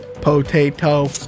potato